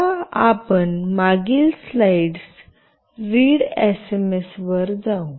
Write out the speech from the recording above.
आता आपण मागील स्लाइड्स रीडएसएमएस वर जाऊ